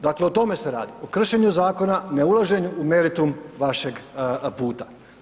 Dakle, o tome se radi, o kršenju zakona, ne ulaženju u meritum vašeg puta.